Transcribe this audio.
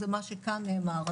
זה מה שכאן נאמר,